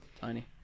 tiny